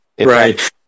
Right